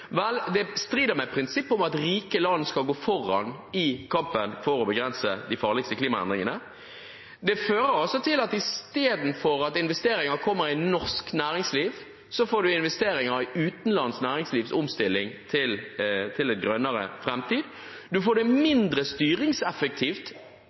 Vel, det strider med prinsippet om at rike land skal gå foran i kampen for å begrense de farligste klimaendringene. Det fører til at istedenfor at investeringer kommer i norsk næringsliv, får man investeringer i utenlandsk næringslivs omstilling til en grønnere framtid. Man får det